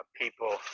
people